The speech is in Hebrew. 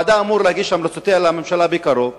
והוועדה אמורה להגיש את המלצותיה לממשלה בקרוב.